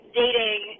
dating